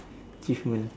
achievement